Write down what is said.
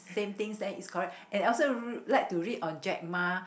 same things then it's correct and also r~ like to read on Jack-Ma